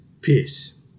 peace